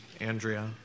Andrea